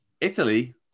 Italy